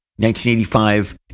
1985